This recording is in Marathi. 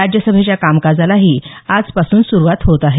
राज्यसभेच्या कामकाजालाही आजपासून सुरुवात होत आहे